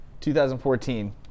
2014